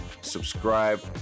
subscribe